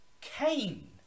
Cain